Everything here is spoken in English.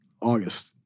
August